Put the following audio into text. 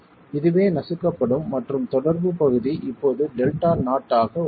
இதுவே நசுக்கப்படும் மற்றும் தொடர்பு பகுதி இப்போது Δ0 ஆக உள்ளது